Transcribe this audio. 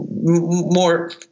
more